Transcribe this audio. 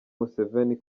museveni